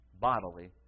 bodily